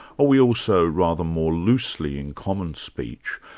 or we also rather more loosely in common speech,